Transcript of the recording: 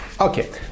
Okay